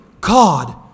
God